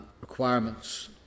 Requirements